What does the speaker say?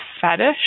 fetish